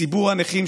ציבור הנכים,